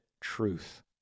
truth